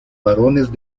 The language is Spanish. barones